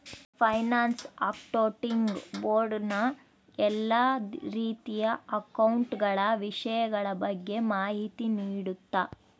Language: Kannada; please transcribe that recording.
ಫೈನಾನ್ಸ್ ಆಕ್ಟೊಂಟಿಗ್ ಬೋರ್ಡ್ ನ ಎಲ್ಲಾ ರೀತಿಯ ಅಕೌಂಟ ಗಳ ವಿಷಯಗಳ ಬಗ್ಗೆ ಮಾಹಿತಿ ನೀಡುತ್ತ